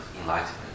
enlightenment